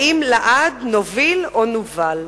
האם לעד נוביל או נובל?